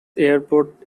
airport